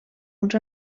uns